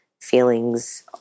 feelings